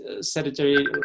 sedentary